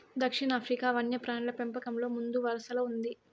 దక్షిణాఫ్రికా వన్యప్రాణుల పెంపకంలో ముందువరసలో ఉంది